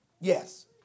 Yes